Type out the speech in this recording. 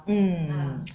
mm